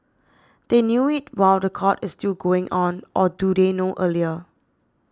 they knew it while the court is still going on or do they know earlier